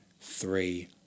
three